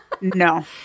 no